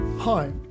Hi